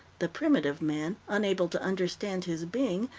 the primitive man, unable to understand his being,